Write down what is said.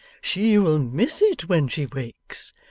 she will miss it when she wakes.